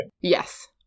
Yes